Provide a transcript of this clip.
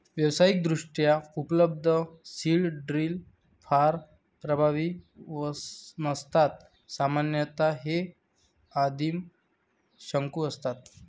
व्यावसायिकदृष्ट्या उपलब्ध seed drill फार प्रभावी नसतात सामान्यतः हे आदिम शंकू असतात